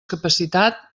capacitat